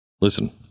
Listen